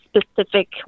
specific